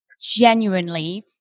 genuinely